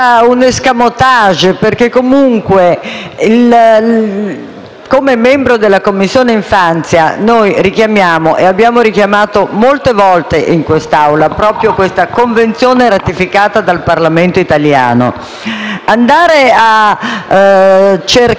Come membro della Commissione infanzia posso affermare che abbiamo richiamato molte volte in quest'Aula questa Convenzione, ratificata dal Parlamento italiano. Andare a cercare cavilli, in realtà per non tutelare